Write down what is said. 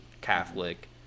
Catholic